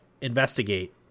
investigate